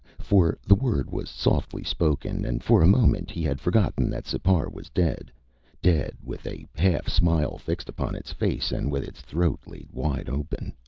for the word was softly spoken and for a moment he had forgotten that sipar was dead dead with a half-smile fixed upon its face and with its throat laid wide open.